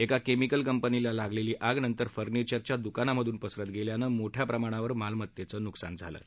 एका केमिकल कंपनीला लागलेली आग नंतर फर्निचरच्या द्रकानामधून पसरत गेल्यानं मोठ्या प्रमाणावर मालमतेचं नुकसान झालेलं आहे